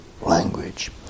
language